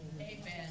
Amen